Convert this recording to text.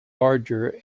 larger